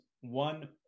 one